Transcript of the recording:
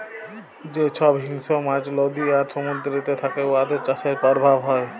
যে ছব হিংস্র মাছ লদী আর সমুদ্দুরেতে থ্যাকে উয়াদের চাষের পরভাব হ্যয়